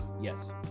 yes